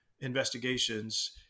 investigations